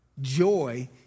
Joy